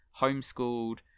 homeschooled